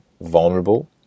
Vulnerable